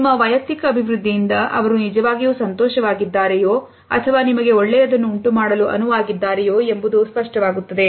ನಿಮ್ಮ ವೈಯಕ್ತಿಕ ಅಭಿವೃದ್ಧಿಯಿಂದ ಅವರು ನಿಜವಾಗಿಯೂ ಸಂತೋಷವಾಗಿದ್ದಾರೆಯೋ ಅಥವಾ ನಿಮಗೆ ಒಳ್ಳೆಯದನ್ನು ಉಂಟುಮಾಡಲು ಅನುವಾಗಿದ್ದಾರೆಯೋ ಎಂಬುದು ಸ್ಪಷ್ಟವಾಗುತ್ತದೆ